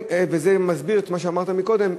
וזה מסביר את מה שאמרת קודם,